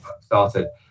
started